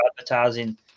advertising